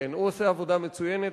הוא עושה עבודה מצוינת,